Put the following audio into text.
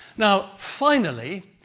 now, finally,